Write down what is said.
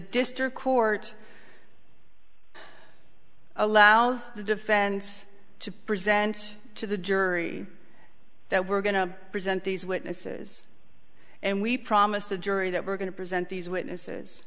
district court allows the defense to present to the jury that we're going to present these witnesses and we promise the jury that we're going to present these witnesses